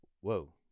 Whoa